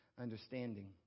understanding